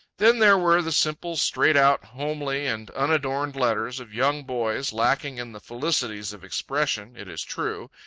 then there were the simple straight-out, homely, and unadorned letters of young boys, lacking in the felicities of expression, it is true,